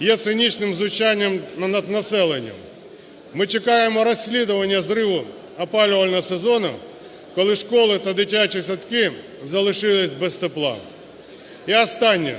є цинічним знущанням над населенням. Ми чекаємо розслідування зриву опалювального сезону, коли школи та дитячі садки залишилися без тепла. І останнє.